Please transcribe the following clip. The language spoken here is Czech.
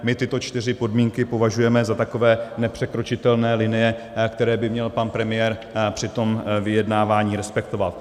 My tyto čtyři podmínky považujeme za takové nepřekročitelné linie, které by měl pan premiér při tom vyjednávání respektovat.